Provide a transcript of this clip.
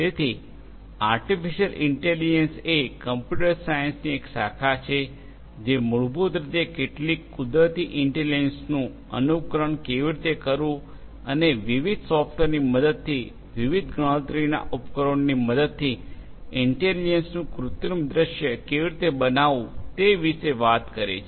તેથી artificial intelligence એ computer સાયન્સની એક શાખા છે જે મૂળભૂત રીતે કેટલીક કુદરતી ઇન્ટેલિજન્સનું અનુકરણ કેવી રીતે કરવું અને વિવિધ સોફ્ટવેરની મદદથી વિવિધ ગણતરીના ઉપકરણોની મદદથી ઇન્ટેલિજન્સનું કૃત્રિમ દૃશ્ય કેવી રીતે બનાવવું તે વિશે વાત કરે છે